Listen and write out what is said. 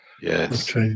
yes